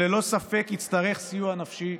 שללא ספק יצטרך סיוע נפשי,